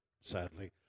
sadly